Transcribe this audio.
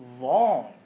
long